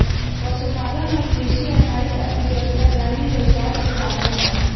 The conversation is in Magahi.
पशुपालन और कृषि आधारित अर्थव्यवस्था ग्रामीण रोजगार के साधन हई